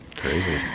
crazy